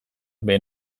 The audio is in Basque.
behe